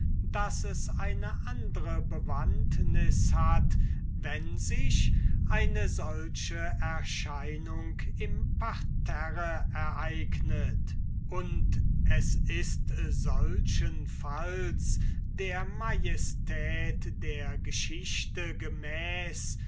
daß es eine andre bewandtnis hat wenn sich eine solche erscheinung im parterre ereignet und es ist solchenfalls der majestät der geschichte gemäß